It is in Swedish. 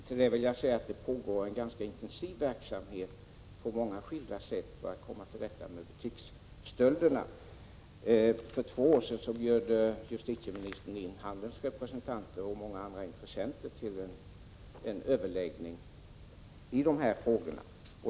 Herr talman! Jag vill till detta säga att det pågår en ganska intensiv verksamhet på många skilda områden för att komma till rätta med butiksstölderna. För två år sedan bjöd justitieministern in handelns representanter och många andra intresserade till en överläggning i dessa frågor.